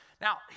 Now